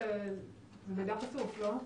לא?